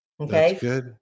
Okay